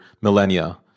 millennia